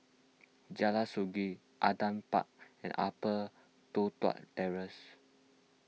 Jalan Sungei Adam Park and Upper Toh Tuck Terrace